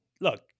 Look